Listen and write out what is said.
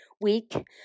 week